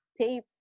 tape